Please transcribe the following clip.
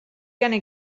gonna